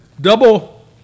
double